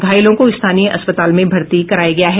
घायलों को स्थानीय अस्पताल में भर्ती कराया गया है